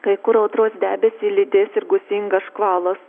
kai kur audros debesį lydės ir gūsingas škvalas